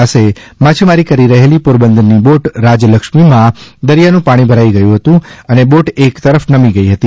પાસે માછીમારી કરી રહેલી પોરબંદરની બોટ રાજલક્ષ્મીમાં દરિયાનું પાણી ભરાઇ ગથું હતું અને બોટ એક તરફ નમી ગઇ હતી